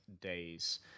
days